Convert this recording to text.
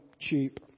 cheap